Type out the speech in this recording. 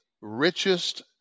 richest